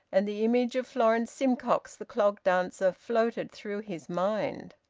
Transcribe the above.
and the image of florence simcox, the clog-dancer, floated through his mind.